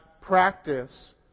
practice